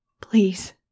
Please